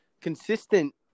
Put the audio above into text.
consistent